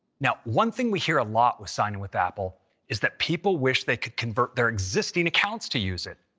now, one thing we hear a lot with sign in with apple is that people wish they could convert their existing accounts to use it.